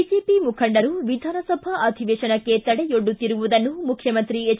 BJP ಮುಖಂಡರು ವಿಧಾನಸಭಾ ಅಧಿವೇತನಕ್ಕೆ ತಡೆಯೊಡ್ಡುತ್ತಿರುವುದನ್ನು ಮುಖ್ಯಮಂತ್ರಿ ಎಚ್